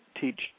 teach